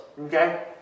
Okay